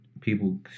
people